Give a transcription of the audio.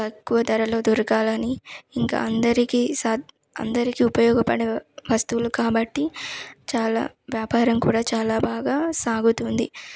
తక్కువ ధరలో దొరకాలని ఇంకా అందరికీ సాధ్ అందరికీ ఉపయోగపడే వస్తువులు కాబట్టి చాలా వ్యాపారం కూడా చాలా బాగా సాగుతుంది